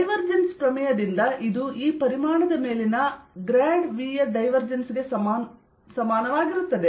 divergence ಪ್ರಮೇಯದಿಂದ ಇದು ಈ ಪರಿಮಾಣದ ಮೇಲಿನ ಗ್ರಾಡ್ V ಯ ಡೈವರ್ಜೆನ್ಸ್ ಗೆ ಸಮನಾಗಿರುತ್ತದೆ